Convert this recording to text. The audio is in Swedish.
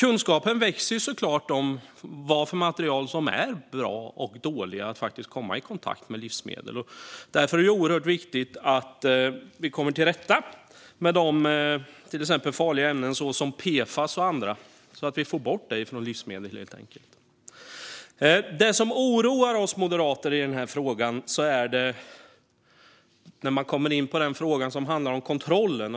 Kunskapen om vilka material som är bra och dåliga när det gäller kontakt med livsmedel växer, och det är oerhört viktigt att vi kommer till rätta med farliga ämnen såsom PFAS och andra, så att vi helt enkelt får bort dem från våra livsmedel. Något som oroar oss moderater är frågan